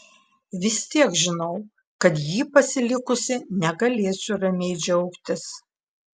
vis tiek žinau kad jį pasilikusi negalėsiu ramiai džiaugtis